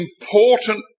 important